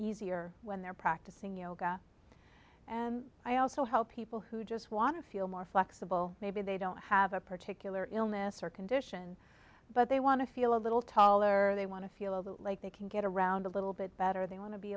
easier when they're practicing yoga and i also help people who just want to feel more flexible maybe they don't have a particular illness or condition but they want to feel a little taller or they want to feel like they can get around a little bit better they want to be